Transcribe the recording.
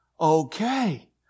Okay